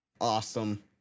awesome